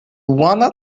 wanna